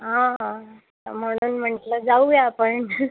हा म्हणून म्हटलं जाऊया आपण